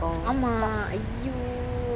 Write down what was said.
ஆமா:aama !aiyo!